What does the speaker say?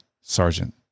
sergeant